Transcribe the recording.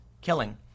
killing